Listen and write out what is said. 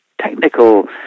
technical